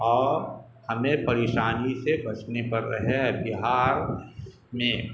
اور ہمیں پریشانی سے بچنے پڑ رہے بہار میں